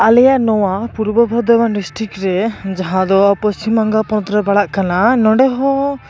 ᱟᱞᱮᱭᱟᱜ ᱱᱚᱶᱟ ᱯᱩᱨᱵᱚ ᱵᱚᱨᱫᱷᱚᱢᱟᱱ ᱰᱤᱥᱴᱨᱤᱠ ᱨᱮ ᱡᱟᱦᱟᱸ ᱫᱚ ᱯᱚᱥᱪᱤᱢ ᱵᱟᱝᱜᱟ ᱯᱚᱱᱚᱛ ᱨᱮ ᱯᱟᱲᱟ ᱠᱟᱱᱟ ᱱᱚᱸᱰᱮ ᱦᱚᱸ